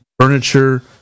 furniture